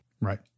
Right